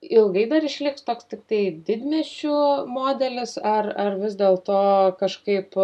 ilgai dar išliks toks tiktai didmiesčių modelis ar ar vis dėlto kažkaip